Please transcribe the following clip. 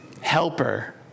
Helper